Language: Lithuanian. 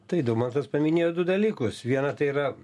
tai daumantas paminėjo du dalykus vieną tai yra